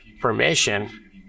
permission